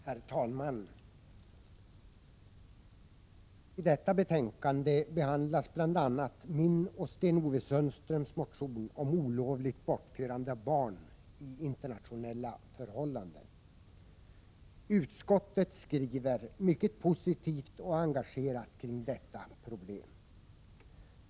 Herr talman! I detta betänkande behandlas bl.a. min och Sten-Ove Sundströms motion om olovligt bortförande av barn i internationella förhållanden. Utskottet skriver mycket positivt och engagerat kring detta problem.